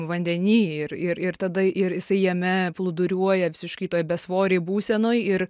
vandeny ir ir ir tada ir jisai jame plūduriuoja visiškai toj besvorėj būsenoj ir